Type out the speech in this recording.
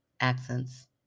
accents